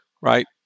Right